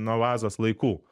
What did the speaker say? nuo vazos laikų